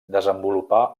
desenvolupà